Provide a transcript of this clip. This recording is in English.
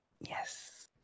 Yes